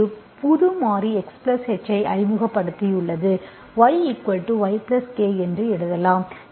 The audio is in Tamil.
ஒரு புது மாறி Xh ஐ அறிமுகப்படுத்தியுள்ளேன் yYk என்று எழுதுவேன்